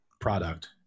product